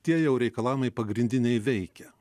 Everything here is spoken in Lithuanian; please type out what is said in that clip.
tie jau reikalavimai pagrindiniai veikia